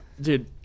Dude